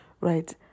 right